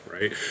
right